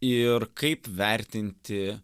ir kaip vertinti